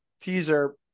teaser